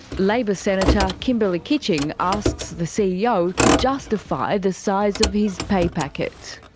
labor senator kimberley kitching asks the ceo to justify the size of his pay packet.